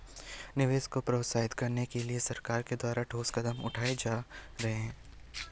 निवेश को प्रोत्साहित करने के लिए सरकारों के द्वारा ठोस कदम उठाए जा रहे हैं